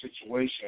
situation